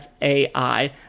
FAI